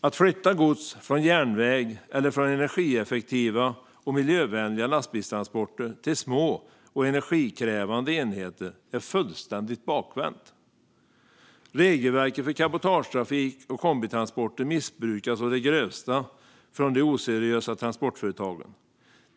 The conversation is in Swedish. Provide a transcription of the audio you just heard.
Att flytta gods från järnväg eller från energieffektiva och miljövänliga lastbilstransporter till små och energikrävande enheter är fullständigt bakvänt. Regelverket för cabotagetrafik och kombitransporter missbrukas å det grövsta från de oseriösa transportföretagen.